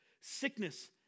Sickness